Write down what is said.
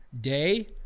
Day